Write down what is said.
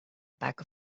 pack